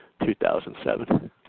2007